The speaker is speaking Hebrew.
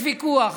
יש ויכוח